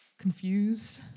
confused